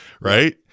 Right